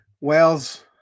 Wales